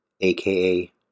aka